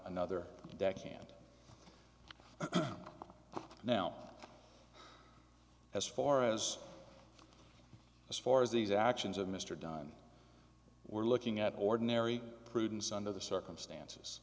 another that can't now as far as as far as these actions of mr dunn were looking at ordinary prudence under the circumstances